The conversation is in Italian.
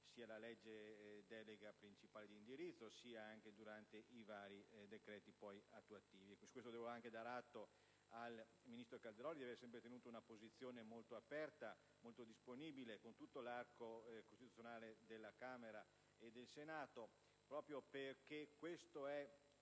della legge delega principale di indirizzo, sia durante l'esame dei vari decreti attuativi. A tale proposito devo dare atto al ministro Calderoli di aver sempre tenuto una posizione molto aperta, molto disponibile con tutto l'arco costituzionale della Camera e del Senato proprio perché questa è